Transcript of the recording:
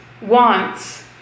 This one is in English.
wants